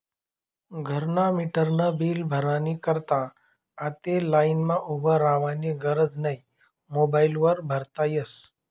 घरना मीटरनं बील भरानी करता आते लाईनमा उभं रावानी गरज नै मोबाईल वर भरता यस